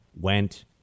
went